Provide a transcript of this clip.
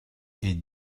est